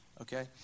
okay